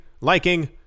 liking